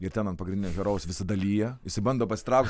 ir ten ant pagrindinio herojaus visada lyja jisai bando pasitraukt